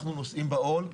אנחנו נושאים בעול.